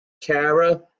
Kara